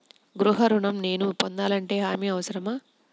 గృహ ఋణం నేను పొందాలంటే హామీ అవసరమా?